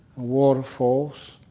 waterfalls